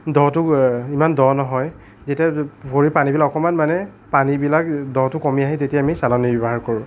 দ'টো ইমান দ' নহয় যেতিয়া ভৰিৰ পানীবিলাক অকণমান মানে পানীবিলাক দ'টো কমি আহে তেতিয়া আমি চালনী ব্যৱহাৰ কৰোঁ